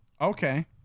Okay